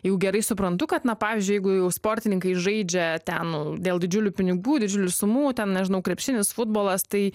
jau gerai suprantu kad na pavyzdžiui jeigu jau sportininkai žaidžia ten dėl didžiulių pinigų didžiulių sumų ten nežinau krepšinis futbolas tai